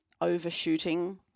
overshooting